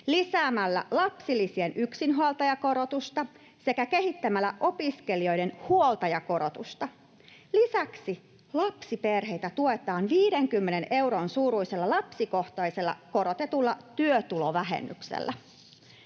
lisäämällä lapsilisien yksinhuoltajakorotusta sekä kehittämällä opiskelijoiden huoltajakorotusta. Lisäksi lapsiperheitä tuetaan 50 euron suuruisella lapsikohtaisella korotetulla työtulovähennyksellä.